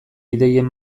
ideien